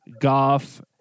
Goff